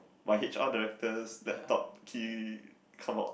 my h_r directors that top key come out